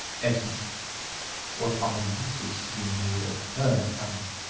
etty what are the uses to be made of her talents,